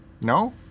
No